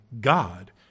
God